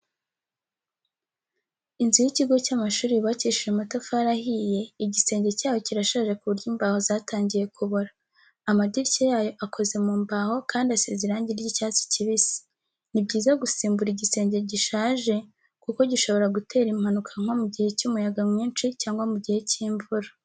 Inzu y’ikigo cy’amashuri yubakishije amatafari ahiye, igisenge cyayo kirashaje ku buryo imbaho zatangiye kubora. Amadirishya yayo akoze mu mbaho kandi asize irangi ry’icyatsi kibisi. Ni byiza gusimbura igisenge gishaje kuko gishobora gutera impanuka nko mu gihe cy’umuyaga mwinshi cyangwa mu gihe cy’imvura.